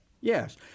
Yes